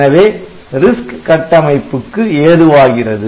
எனவே RISC கட்டமைப்புக்கு ஏதுவாகிறது